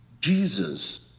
Jesus